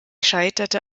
scheiterte